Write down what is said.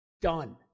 Done